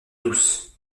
douce